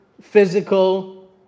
physical